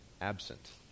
absent